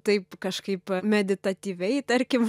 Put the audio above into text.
taip kažkaip meditatyviai tarkim